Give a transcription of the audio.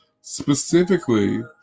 specifically